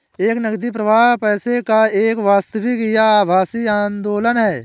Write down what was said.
एक नकदी प्रवाह पैसे का एक वास्तविक या आभासी आंदोलन है